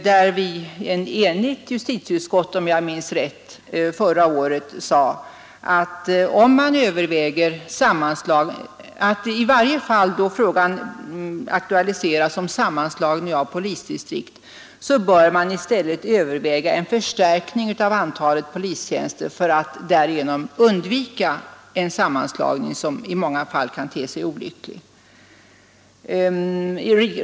Ett enigt justitieutskott sade förra året — om jag minns rätt — att i varje fall då frågan om sammanslagning av polisdistrikt aktualiseras, bör man som ett alternativ överväga en förstärkning av antalet polistjänster för att därigenom undvika en sammanslagning som i många fall kan te sig olycklig.